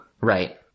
Right